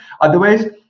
otherwise